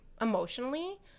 emotionally